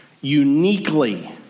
uniquely